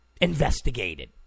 investigated